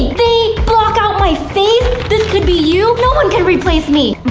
they block out my face! this could be you? no one can replace me.